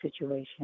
situation